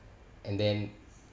and then